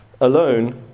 alone